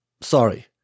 sorry